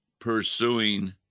pursuing